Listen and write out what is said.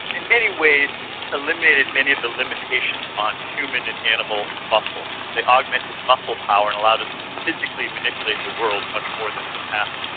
and many ways eliminated many of the limitations on human and animal muscle, they augmented muscle power and allowed us to physically manipulate the world much more than in the past.